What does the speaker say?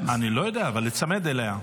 אני לא יודע, אבל להיצמד אליה.